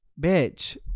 bitch